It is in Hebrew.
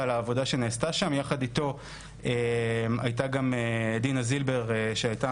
העבודה שנעשתה שם ויחד איתו הייתה גם דינה זילבר שהיתה